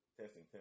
Testing